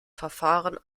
verfahren